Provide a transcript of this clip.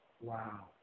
Wow